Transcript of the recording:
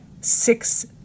six